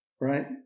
right